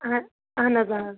اہن اہن حظ آ